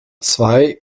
zwei